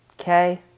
Okay